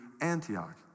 Antioch